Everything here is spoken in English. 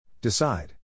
Decide